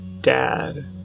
dad